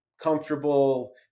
comfortable